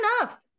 enough